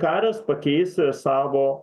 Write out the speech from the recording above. karas pakeis savo